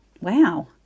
Wow